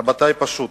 רבותי, פשוט,